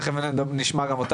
ותיכף אנחנו נשמע גם את